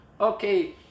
Okay